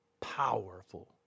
powerful